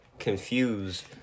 confused